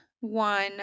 one